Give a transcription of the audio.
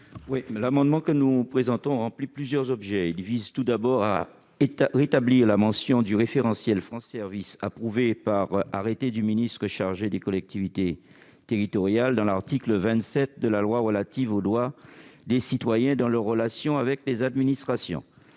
à M. Dominique Théophile. Le présent amendement vise tout d'abord à rétablir la mention du référentiel France Services approuvé par arrêté du ministre chargé des collectivités territoriales dans l'article 27 de la loi relative aux droits des citoyens dans leurs relations avec les administrations.